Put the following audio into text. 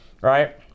right